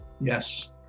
Yes